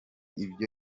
ibyo